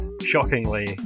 Shockingly